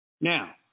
Now